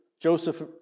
Joseph